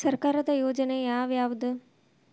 ಸರ್ಕಾರದ ಯೋಜನೆ ಯಾವ್ ಯಾವ್ದ್?